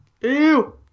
Ew